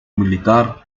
militar